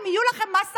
ממה הן יחיו?